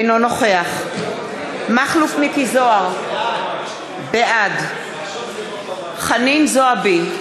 אינו נוכח מכלוף מיקי זוהר, בעד חנין זועבי,